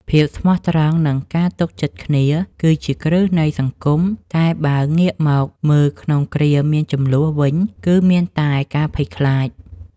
ភាពស្មោះត្រង់និងការទុកចិត្តគ្នាគឺជាគ្រឹះនៃសង្គមតែបើងាកមកមើលក្នុងគ្រាមានជម្លោះវិញគឺមានតែការភ័យខ្លាច។